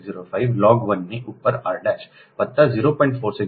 4605 log 1 ની ઉપર r વત્તા 0